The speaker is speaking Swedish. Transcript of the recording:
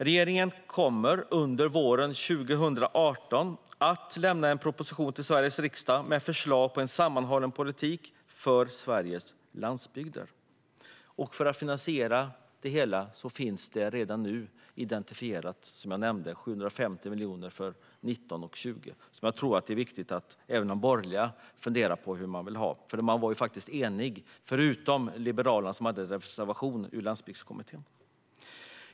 Regeringen kommer under våren 2018 att lämna en proposition till Sveriges riksdag med förslag på en sammanhållen politik för Sveriges landsbygder. För att finansiera det hela finns det, som jag nämnde, redan nu identifierat 750 miljoner för 2019 och 2020. Jag tror att det är viktigt att även de borgerliga funderar på hur man vill ha det, för man var ju faktiskt enig - förutom Liberalerna, som hade en reservation i Landsbygdskommittén.